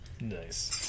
Nice